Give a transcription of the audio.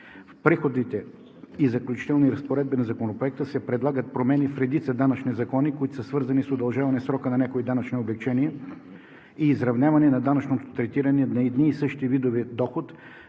В преходните и заключителните разпоредби на Законопроекта се предлагат промени в редица данъчни закони, които са свързани с удължаване срока на някои данъчни облекчения и изравняване на данъчното третиране на едни и същи видове доход,